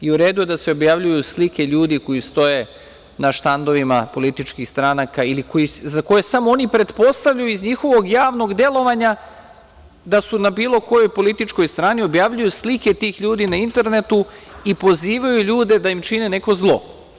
I u redu je da se objavljuju slike ljudi koji stoje na štandovima političkih stranaka ili za koje samo oni pretpostavljaju iz njihovog javnog delovanja da su na bilo kojoj političkoj strani, objavljuju slike tih ljudi na internetu i pozivaju ljude da im čine neko zlo.